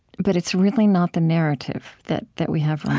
but it's really not the narrative that that we have,